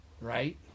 right